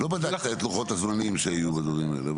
לא בדקת את לוחות הזמנים שהיו בדברים האלה.